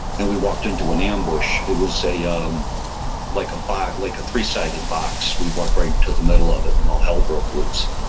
and we walked into an ambush. it was a um like ah like three sided box. we walked right into the middle of it and all hell broke loose.